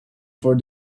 for